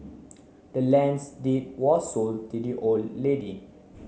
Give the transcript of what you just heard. the land's deed was sold to the old lady